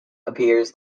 appears